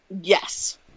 Yes